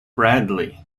bradley